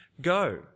go